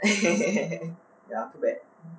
eh ya too bad